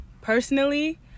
personally